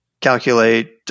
calculate